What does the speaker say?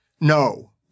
No